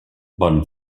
bon